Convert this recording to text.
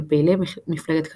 של פעילי מפלגת קדימה.